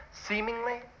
seemingly